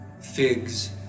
figs